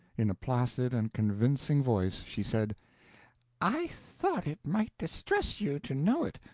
in a placid and convincing voice she said i thought it might distress you to know it,